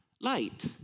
Light